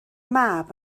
mab